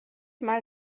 mal